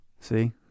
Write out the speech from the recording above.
See